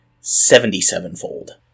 seventy-sevenfold